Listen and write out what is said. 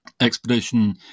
expedition